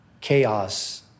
Chaos